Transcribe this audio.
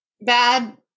bad